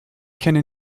kenne